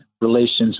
relations